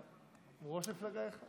לא, הוא ראש מפלגה אחת.